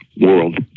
world